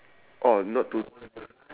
oh not to